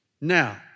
Now